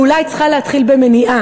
או אולי צריכה להתחיל במניעה.